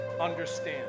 understand